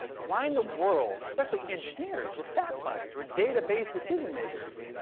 why in the world especially engineers, we're fact finders. we're data based decision makers.